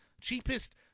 cheapest